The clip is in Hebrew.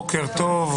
בוקר טוב,